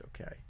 okay